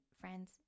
friends